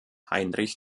heinrich